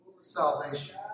salvation